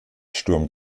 sturm